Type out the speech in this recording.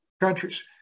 countries